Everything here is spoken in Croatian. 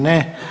Ne.